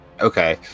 okay